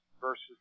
versus